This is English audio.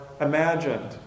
imagined